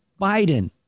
Biden